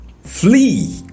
flee